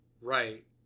right